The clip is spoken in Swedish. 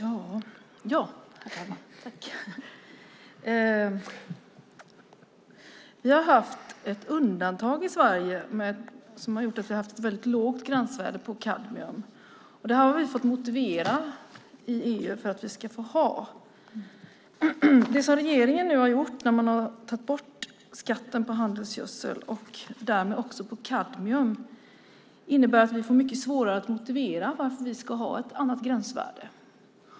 Herr talman! Vi har haft ett undantag i Sverige som har gjort att vi haft ett väldigt lågt gränsvärde för kadmium. Det har vi fått motivera i EU för att få ha. Det som regeringen nu har gjort när man har tagit bort skatten på handelsgödsel och därmed också på kadmium innebär att vi får mycket svårare att motivera att vi ska ha ett annat gränsvärde.